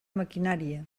maquinària